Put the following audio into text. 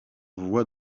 voix